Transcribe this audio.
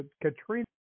Katrina